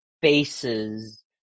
faces